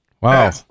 Wow